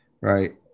right